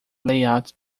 layout